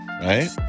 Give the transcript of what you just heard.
right